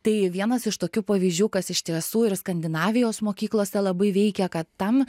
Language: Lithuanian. tai vienas iš tokių pavyzdžių kas iš tiesų ir skandinavijos mokyklose labai veikia kad tam